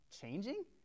changing